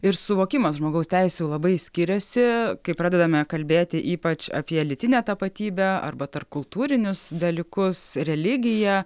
ir suvokimas žmogaus teisių labai skiriasi kai pradedame kalbėti ypač apie lytinę tapatybę arba tarpkultūrinius dalykus religiją